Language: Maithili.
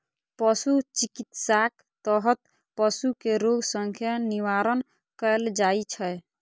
पशु चिकित्साक तहत पशु कें रोग सं निवारण कैल जाइ छै